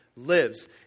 Lives